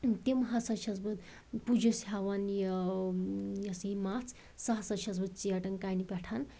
تِم ہسا چھَس بہٕ پُجَس ہٮ۪وان یہِ یۄس یہِ مَژھ سۄ ہسا چھس بہٕ ژیٹان کَنہِ پٮ۪ٹھ